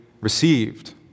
received